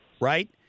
right